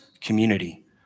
community